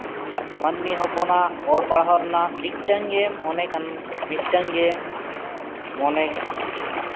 ᱢᱟᱹᱱᱢᱤ ᱦᱚᱯᱚᱱᱟᱜ ᱚᱞ ᱯᱟᱲᱦᱟᱣ ᱨᱮᱱᱟᱜ ᱢᱤᱫᱴᱟᱝᱜᱮ ᱢᱚᱱᱮ ᱠᱟᱱ ᱢᱤᱫᱴᱟᱝᱜᱮ ᱢᱚᱱᱮ